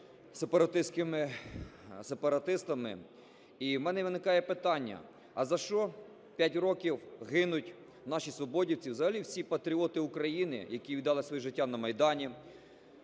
сепаратистами. І у мене виникає питання: а за що п'ять років гинуть наші свободівці, взагалі всі патріоти України, які віддали своє життя на Майдані,